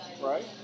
Right